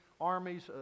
armies